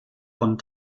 von